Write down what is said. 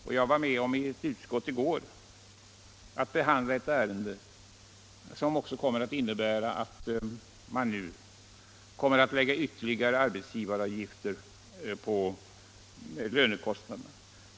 Jag var i går med om att i ett utskott behandla ett ärende som också kommer att innebära att man nu skall lägga ytterligare arbetsgivaravgifter på lönekostnaderna.